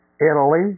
Italy